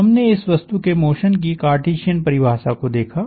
हमने इस वस्तु के मोशन की कार्टेसियन परिभाषा को देखा